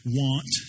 want